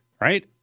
right